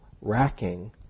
racking